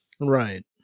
right